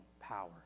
power